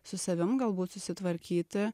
su savim galbūt susitvarkyti